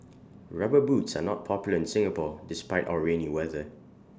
rubber boots are not popular in Singapore despite our rainy weather